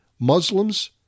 Muslims